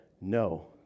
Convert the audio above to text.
No